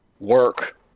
work